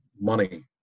money